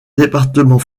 département